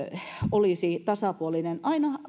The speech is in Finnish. olisi tasapuolinen